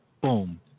boom